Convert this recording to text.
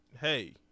hey